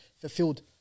fulfilled